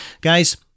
Guys